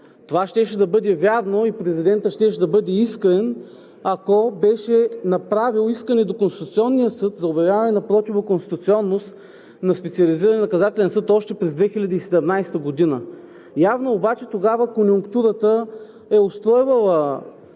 Това щеше да бъде вярно и президентът щеше да бъде искрен, ако беше направил искане до Конституционния съд за обявяване на противоконституционност на Специализирания наказателен съд още през 2017 г. Явно обаче тогава конюнктурата е устройвала